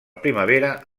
primavera